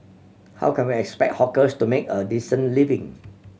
how can we expect hawkers to make a decent living